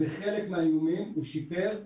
בחלק מהאיומים הוא שיפר,